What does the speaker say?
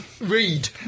Read